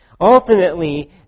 Ultimately